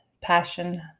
passion